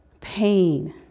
pain